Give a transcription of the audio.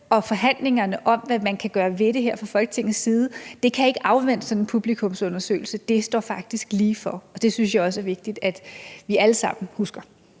Og forhandlingerne om, hvad man kan gøre ved det her fra Folketingets side, kan ikke afvente sådan en publikumsundersøgelse – det står faktisk lige for. Og det synes jeg også er vigtigt at vi alle sammen husker.